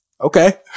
okay